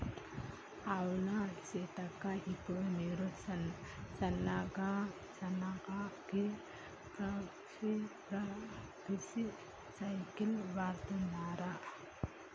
అవును సీతక్క ఇప్పుడు వీరు సెనగ కి పైపేసి స్ప్రింకిల్స్ వాడుతున్నారు